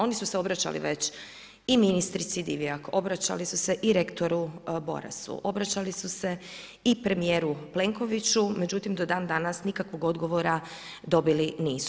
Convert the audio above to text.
Oni su se obraćali već i ministrici Divjak, obraćali su se i rektoru Borasu, obraćali su se i premijeru Plenkoviću međutim do dandanas nikakvog odgovora dobili nisu.